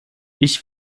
ich